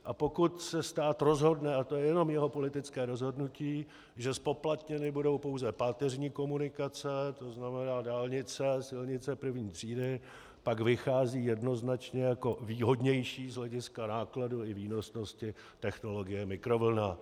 A pokud se stát rozhodne, a to je jenom jeho politické rozhodnutí, že zpoplatněny budou pouze páteřní komunikace, to znamená dálnice a silnice I. třídy, pak vychází jednoznačně jako výhodnější z hlediska nákladů, ale i výnosnosti technologie mikrovlnná.